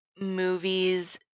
movies